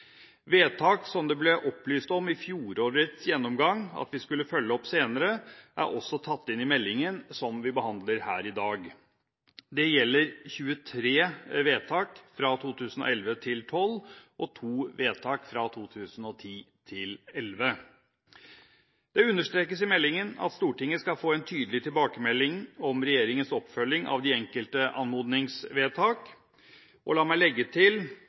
Vedtak som det ble opplyst om i fjorårets gjennomgang at vi skulle følge opp senere, er også tatt inn i meldingen som vi behandler i dag. Det gjelder 23 vedtak fra 2011–2012 og 2 vedtak fra 2010–2011. Det understrekes i meldingen at Stortinget skal få en tydelig tilbakemelding om regjeringens oppfølging av de enkelte anmodningsvedtak. La meg legge til